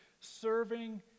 serving